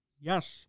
Yes